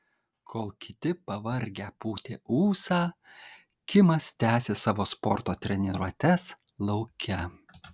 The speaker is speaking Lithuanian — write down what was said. kol kiti pavargę pūtė į ūsą kimas tęsė savo sporto treniruotes lauke